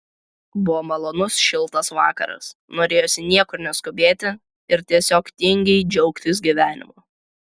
buvo malonus šiltas vakaras norėjosi niekur neskubėti ir tiesiog tingiai džiaugtis gyvenimu